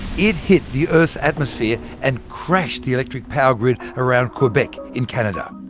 it hit the earth's atmosphere and crashed the electric power grid around quebec, in canada.